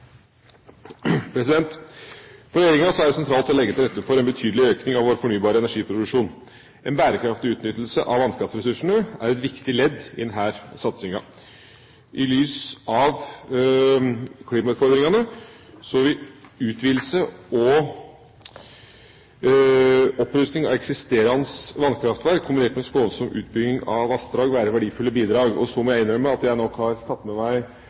et viktig ledd i denne satsingen. I lys av klimautfordringene vil utvidelse og opprustning av eksisterende vannkraftverk kombinert med skånsom utbygging av vassdrag være verdifulle bidrag. Så må jeg innrømme at jeg nok har tatt med meg